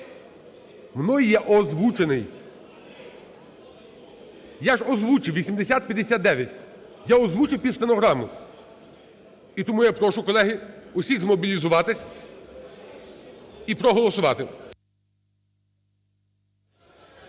Мною є озвучений. Я ж озвучив 8059! Я озвучив під стенограму. І тому я прошу, колеги, усіх змобілізуватися і проголосувати.